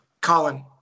Colin